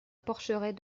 porcheraie